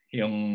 yung